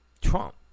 Trump